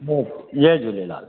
हा जय झूलेलाल